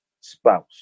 spouse